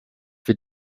wird